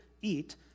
eat